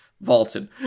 Vaulted